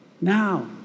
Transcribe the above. now